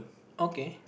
okay